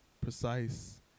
precise